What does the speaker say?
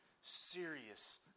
serious